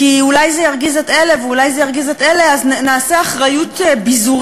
כי אולי זה ירגיז את אלה ואולי זה ירגיז את אלה אז נעשה אחריות מבוזרת?